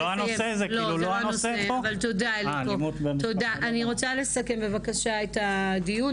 אני רוצה לסכם בבקשה את הדיון.